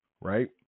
right